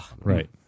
Right